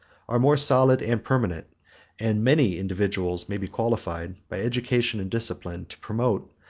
are more solid and permanent and many individuals may be qualified, by education and discipline, to promote,